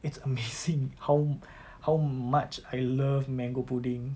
it's amazing how how much I love mango pudding